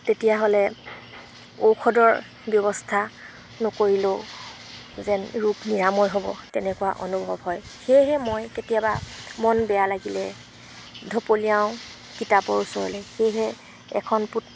তেতিয়াহ'লে ঔষধৰ ব্যৱস্থা নকৰিলেও যেন ৰোগ নিৰাময় হ'ব তেনেকুৱা অনুভৱ হয় সেয়েহে মই কেতিয়াবা মন বেয়া লাগিলে ধপলিয়াওঁ কিতাপৰ ওচৰলৈ সেয়েহে এখন পুত